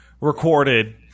recorded